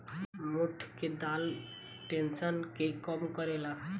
मोठ के दाल टेंशन के कम करेला